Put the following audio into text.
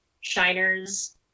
shiners